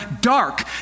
dark